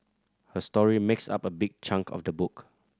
her story makes up a big chunk of the book